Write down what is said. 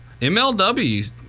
mlw